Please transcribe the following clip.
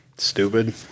stupid